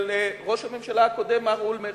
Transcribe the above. של ראש הממשלה הקודם מר אולמרט.